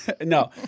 no